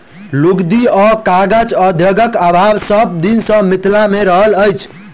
लुगदी आ कागज उद्योगक अभाव सभ दिन सॅ मिथिला मे रहल अछि